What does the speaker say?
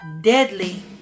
deadly